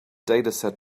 dataset